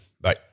Bye